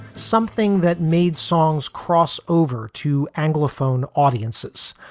something that made songs cross over to anglophone audiences,